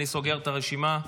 אני סוגר את הרשימה,